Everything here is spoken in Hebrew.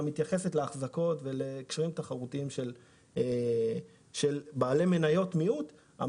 מתייחסת לאחזקות ולקשיים תחרותיים של בעלי מניות מיעוט,